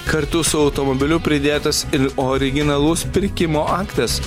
kartu su automobiliu pridėtas ir originalus pirkimo aktas